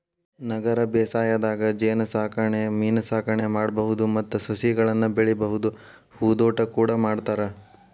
ನಗರ ಬೇಸಾಯದಾಗ ಜೇನಸಾಕಣೆ ಮೇನಸಾಕಣೆ ಮಾಡ್ಬಹುದು ಮತ್ತ ಸಸಿಗಳನ್ನ ಬೆಳಿಬಹುದು ಹೂದೋಟ ಕೂಡ ಮಾಡ್ತಾರ